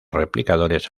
replicadores